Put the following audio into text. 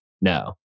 no